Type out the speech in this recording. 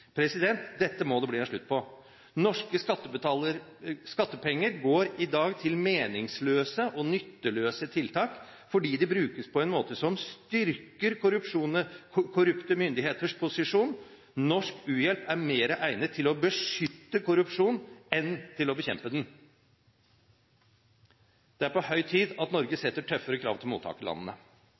Dette må det bli en slutt på. Norske skattepenger går i dag til meningsløse og nytteløse tiltak fordi de brukes på en måte som styrker korrupte myndigheters posisjon. Norsk u-hjelp er mer egnet til å beskytte korrupsjon enn til å bekjempe den. Det er på høy tid at Norge stiller tøffere krav til mottakerlandene. Mye av norsk u-hjelp går rett inn på inntektssiden i